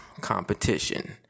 competition